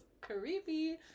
creepy